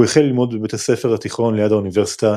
הוא החל ללמוד בבית הספר התיכון ליד האוניברסיטה,